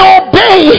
obey